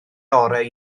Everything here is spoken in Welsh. orau